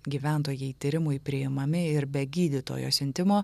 gyventojai tyrimui priimami ir be gydytojo siuntimo